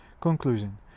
conclusion